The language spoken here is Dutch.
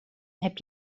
heb